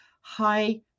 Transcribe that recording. high